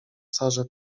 sarze